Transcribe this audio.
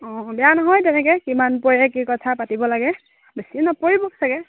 অঁ বেয়া নহয় তেনেকে কিমান পৰে কি কথা পাতিব লাগে বেছি নপৰিব চাগে